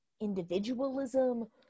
individualism